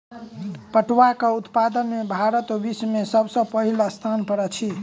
पटुआक उत्पादन में भारत विश्व में सब सॅ पहिल स्थान पर अछि